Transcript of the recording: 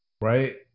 Right